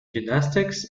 gymnastics